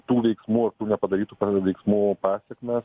tų veiksmų ir tų nepadarytų veiksmų pasekmes